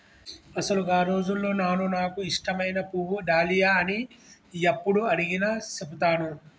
అసలు గా రోజుల్లో నాను నాకు ఇష్టమైన పువ్వు డాలియా అని యప్పుడు అడిగినా సెబుతాను